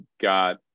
got